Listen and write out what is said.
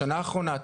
בשנה האחרונה?